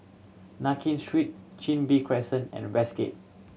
Nankin Street Chin Bee Crescent and Westgate